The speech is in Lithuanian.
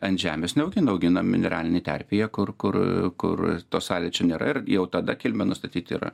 ant žemės neaugina augina mineralinėj terpėje kur kur kur to sąlyčio nėra ir jau tada kilmę nustatyti yra